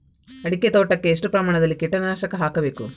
ಅಡಿಕೆ ತೋಟಕ್ಕೆ ಎಷ್ಟು ಪ್ರಮಾಣದಲ್ಲಿ ಕೀಟನಾಶಕ ಹಾಕಬೇಕು?